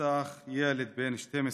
נרצח ילד בן 12,